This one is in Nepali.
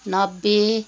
नब्बे